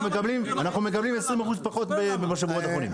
אנחנו מקבלים 20% פחות ממה שאנחנו קונים.